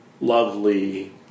lovely